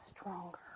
stronger